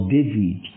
David